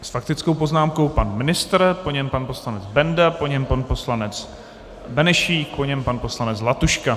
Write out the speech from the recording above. S faktickou poznámkou pan ministr, po něm pan poslanec Benda, po něm pan poslanec Benešík, po něm pan poslanec Zlatuška.